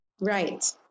Right